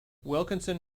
wilkinson